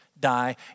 die